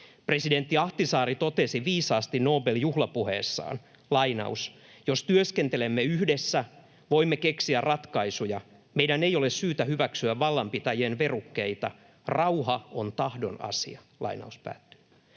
Presidentti Ahtisaari totesi viisaasti Nobel-juhlapuheessaan: ”Jos työskentelemme yhdessä, voimme keksiä ratkaisuja. Meidän ei ole syytä hyväksyä vallanpitäjien verukkeita. Rauha on tahdon asia.” Naton pääsihteeri